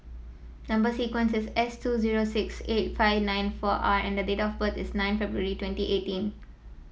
number sequence is S two zero six eight five nine four R and date of birth is nine February twenty eighteen